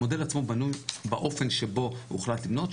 המודל עצמו בנוי באופן שבו הוחלט לבנות.